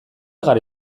gara